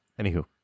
anywho